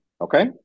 Okay